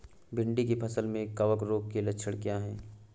भिंडी की फसल में कवक रोग के लक्षण क्या है?